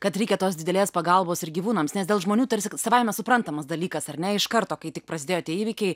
kad reikia tos didelės pagalbos ir gyvūnams nes dėl žmonių tarsi savaime suprantamas dalykas ar ne iš karto kai tik prasidėjo tie įvykiai